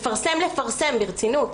לפרסם, לפרסם ברצינות.